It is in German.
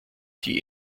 die